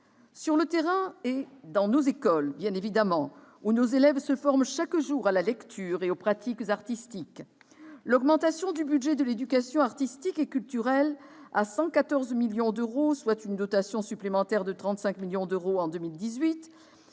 évidemment, dans nos écoles, où nos élèves se forment chaque jour à la lecture et aux pratiques artistiques. L'augmentation du budget de l'éducation artistique et culturelle, pour atteindre 114 millions d'euros, soit une dotation supplémentaire de 35 millions d'euros en 2018,